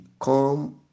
come